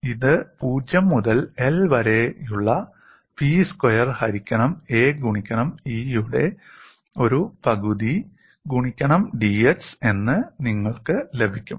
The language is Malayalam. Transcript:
അതിനാൽ ഇത് 0 മുതൽ L വരെയുള്ള 'P സ്ക്വയർ ഹരിക്കണം A ഗുണിക്കണം E' യുടെ ഒരു പകുതി ഗുണിക്കണം dx എന്ന് നിങ്ങൾക്ക് ലഭിക്കും